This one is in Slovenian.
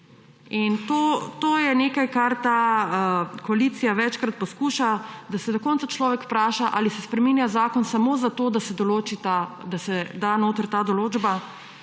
In to je nekaj, kar ta koalicija večkrat poskuša, da se na koncu človek vpraša, ali se spreminja zakon samo zato, da se da notri ta določba,